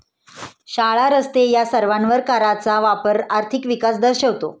शाळा, रस्ते या सर्वांवर कराचा वापर आर्थिक विकास दर्शवतो